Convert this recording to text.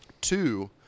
Two